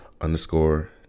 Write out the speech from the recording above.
underscore